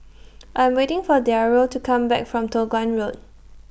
I Am waiting For Dario to Come Back from Toh Guan Road